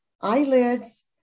eyelids